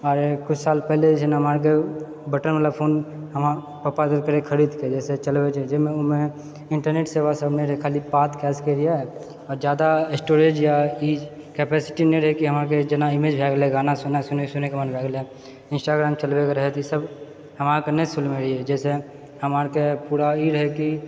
आओर किछु साल पहिले जेछै नहि हमरा आरके बटन वला फोन हमरा पप्पा देलकै रहै खरीदके जाहिसँ चलबय छिए जहिमे ओहिमे इन्टरनेट सेवासब नहि रहै खाली बात कए सकै रहिये आ जादा स्टोरेज या ई कैपेसिटी नहि रहय कि अहाँकेँ जेना इमेज भए गेले गाना सुनय सुनयके मन भए गेले इन्स्टग्राम चलबै के रहै तऽ इसब हमरा आरके नहि सुनने रहिये जाहिसँ हमरा आरके पूरा ई रहैकि